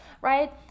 right